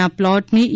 ના પ્લોટની ઈ